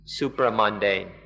supramundane